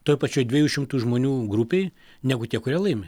toj pačioj dviejų šimtų žmonių grupėj negu tie kurie laimi